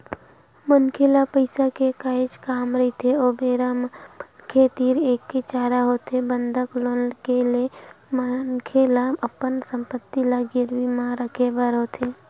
मनखे ल पइसा के काहेच काम रहिथे ओ बेरा म मनखे तीर एके चारा होथे बंधक लोन ले के मनखे ल अपन संपत्ति ल गिरवी म रखे बर होथे